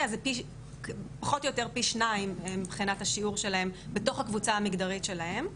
זה פחות או יותר פי 2 מבחינת השיעור שלהם בתוך הקבוצה המגדרית שלהם.